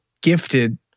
gifted